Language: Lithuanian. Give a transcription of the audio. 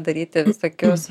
daryti visokius